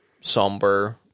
somber